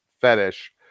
fetish